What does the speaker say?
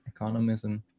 economism